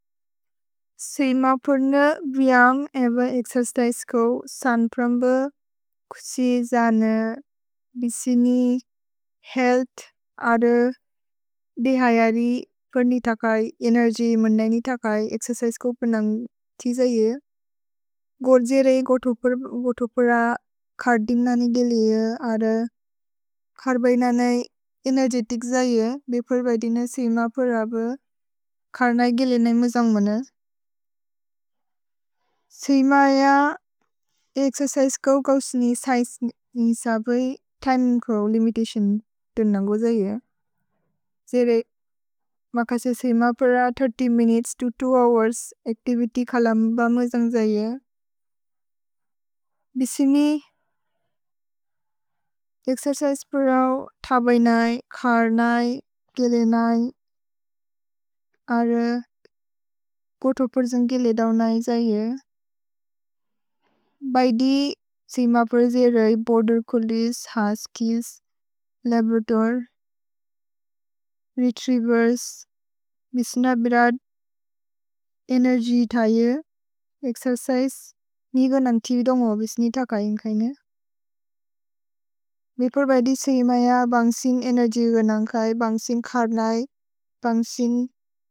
सेय्मपुर्न भिअन्ग् एव एक्सेर्स्तैस् को सान् प्रम्ब, कुसि जान, बिसिनि, हेअल्थ्, अद देहयरि पर्नि थकै, एनेर्जि मुन्दनि थकै, एक्सेर्सैस् को प्रनन्ग् तिजैये। गोर् जेरे गोथुपुर खर्दिम् ननि गिले अर, खर्द् बैन ननि एनेर्जितिक् जये, बेपुर् बदिन सेय्मपुर्र भि खर्द् ननि गिले ननि मुजन्ग्मन। सेय्मय एक्सेर्सैस् को गौस्नि साबै तिमे को लिमिततिओन् तुनन्गो जये। जेरे मकस सेय्मपुर्र thirty minutes to two hours activity खल म्ब मुजन्ग् जये। भिसिनि, एक्सेर्सैस् पुर थबै नै, खर्द् नै, गिले नै, अर गोथुपुर जन्ग् गिले दव् नै जये। भैदि सेय्मपुर्र जेरे border collies, huskies, labrador, retrievers, बिसिन बिरद् एनेर्जि थये। एक्सेर्सैस् निग नन्ग् थिविदोन्गो बिसिनि थकयेन् कैने। भेपुर् बैदि सेय्मय बन्सिन् एनेर्जि गुनन्ग् खये, बन्सिन् खर्द् नै, बन्सिन् गिले नै, पुरो बहगुलने हये। भिसेर बर एक्सेर्सैस् एब व्यम् खल नै गय बतये, बोअर्द् जन नै, मव मबि बेसत् पुर्को, वोर्क् ग्रोउप् नै बैदि जलन्गे। कैने, व्यम् एब एक्सेर्सैस् स, सिन्म पुनि थकये गुनन्ग् थिव्।